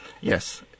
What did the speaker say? Yes